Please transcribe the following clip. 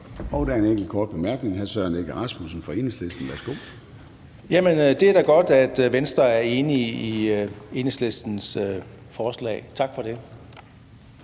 Der er en enkelt kort bemærkning til hr. Søren Egge Rasmussen fra Enhedslisten. Kl. 13:30 Søren Egge Rasmussen (EL): Jamen det er da godt, at Venstre er enig i Enhedslistens forslag – tak for det.